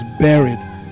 buried